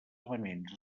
elements